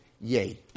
yay